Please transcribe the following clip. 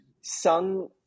sung